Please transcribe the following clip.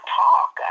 talk